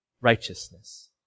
righteousness